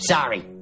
Sorry